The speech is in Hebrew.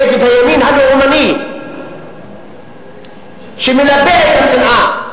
נגד הימין הלאומני שמלבה את השנאה,